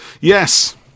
Yes